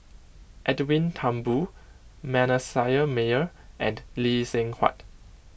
Edwin Thumboo Manasseh Meyer and Lee Seng Huat